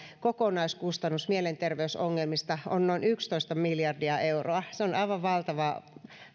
kokonaiskustannus mielenterveysongelmista on noin yksitoista miljardia euroa se on aivan valtava